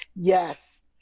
Yes